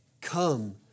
Come